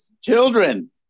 Children